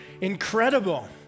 Incredible